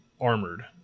armored